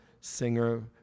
singer